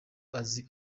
azi